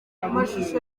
amashusho